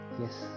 Yes